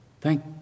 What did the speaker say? thank